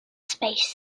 space